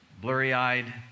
blurry-eyed